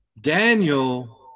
Daniel